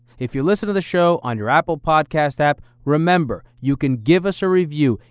if you listen to the show on your apple podcast app remember, you can give us a review.